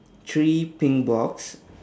three pink box